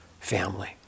family